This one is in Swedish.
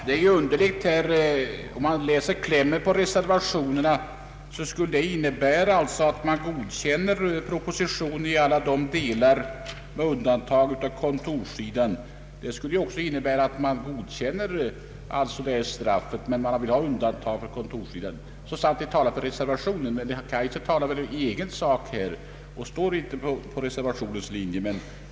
Herr talman! Reservationernas klämmar innebär att reservanterna godtar propositionen i alla delar, dock inte med avseende på kontorssidan,. Detta innebär också att den som talar för reservationerna godkänner det föreslagna straffet men även därvidlag vill ha undantag beträffande kontorssidan. Emellertid talar väl herr Kaijser enbart på egna vägnar och företräder inte reservanternas linje.